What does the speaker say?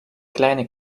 kleine